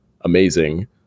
amazing